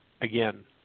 Again